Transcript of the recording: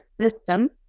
system